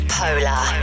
polar